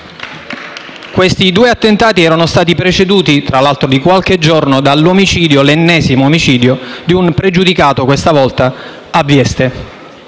Questi due attentati erano stati preceduti, tra l'altro di qualche giorno, dall'omicidio - l'ennesimo - di un pregiudicato, questa volta a Vieste.